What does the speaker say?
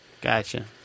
Gotcha